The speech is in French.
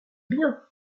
bien